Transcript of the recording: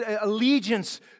allegiance